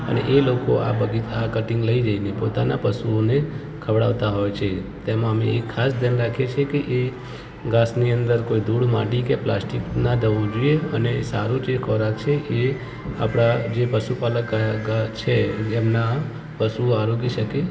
અને એ લોકો આ બગી આ કટિંગ લઇ જઈને પોતાનાં પશુઓને ખવડાવતા હોય છે તેમાં અમે એ ખાસ ધ્યાન રાખીએ છીએ કે એ ઘાસની અંદર કોઈ ધૂળ માટી કે પ્લાસ્ટિક ના જવું જોઈએ અને સારું જે ખોરાક છે એ આપણા જે પશુપાલક છે એમના પશુ આરોગી શકે